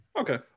Okay